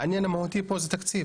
העניין המהותי כאן זה התקציב,